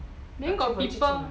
then got people